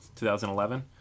2011